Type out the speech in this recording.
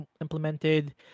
implemented